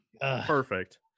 Perfect